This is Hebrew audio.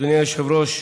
אדוני היושב-ראש,